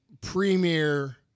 premier